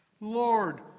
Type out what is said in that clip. Lord